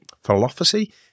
philosophy